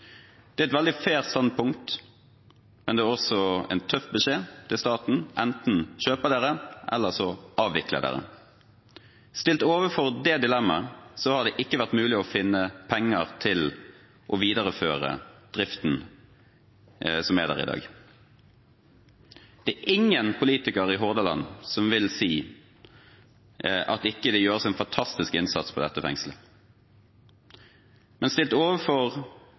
Det er et veldig fair standpunkt, men det er også en tøff beskjed til staten: Enten kjøper dere, eller så avvikler dere. Stilt overfor det dilemmaet har det ikke vært mulig å finne penger til å videreføre driften som er der i dag. Det er ingen politiker i Hordaland som vil si at det ikke gjøres en fantastisk innsats ved dette fengselet, men stilt overfor